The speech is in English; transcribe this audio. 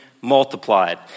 multiplied